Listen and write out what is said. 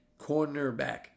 cornerback